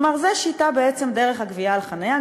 זאת שיטה דרך הגבייה על חניה,